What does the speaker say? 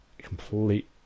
complete